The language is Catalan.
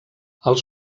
els